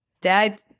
Dad